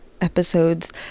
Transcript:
episodes